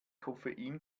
koffein